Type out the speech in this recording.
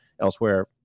elsewhere